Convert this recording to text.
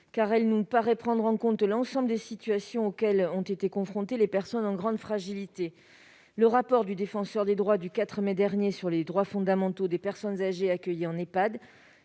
qui nous paraît prendre en compte l'ensemble des situations auxquelles ont été confrontées les personnes en grande fragilité. Le rapport de la Défenseure des droits du 4 mai dernier sur les droits fondamentaux des personnes âgées accueillies en Ehpad